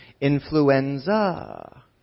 influenza